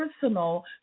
personal